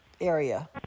area